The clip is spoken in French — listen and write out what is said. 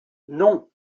non